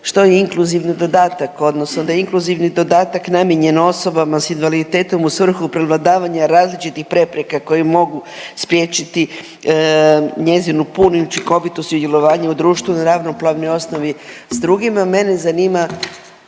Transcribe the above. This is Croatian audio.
je definirano i odredbom zakona, dakle inkluzivni dodatak je namijenjen osobama s invaliditetom u svrhu prevladavanja različitih prepreka koje mogu spriječiti njezinu puno i učinkovito sudjelovanje u društvu na ravnopravnoj osnovi s drugima. Naravno